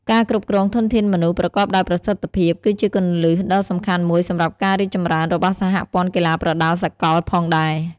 ការគ្រប់គ្រងធនធានមនុស្សប្រកបដោយប្រសិទ្ធភាព គឺជាគន្លឹះដ៏សំខាន់មួយសម្រាប់ការរីកចម្រើនរបស់សហព័ន្ធកីឡាប្រដាល់សកលផងដែរ។